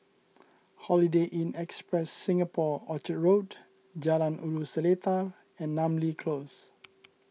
Holiday Inn Express Singapore Orchard Road Jalan Ulu Seletar and Namly Close